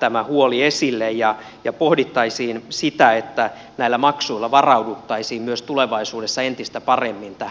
tämä huoli esille ja pohdittaisiin sitä että näillä maksuilla varauduttaisiin myös tulevaisuudessa entistä paremmin tähän korjaukseen